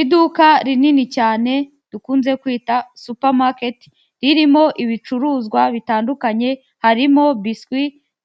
Iduka rinini cyane dukunze kwita supermarket, ririmo ibicuruzwa bitandukanye, harimo biswi